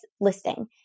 listing